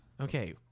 Okay